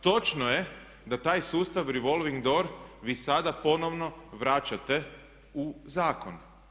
Točno je da taj sustav revolving door vi sada ponovno vraćate u zakon.